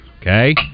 Okay